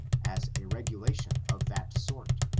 as a regulation of that sort,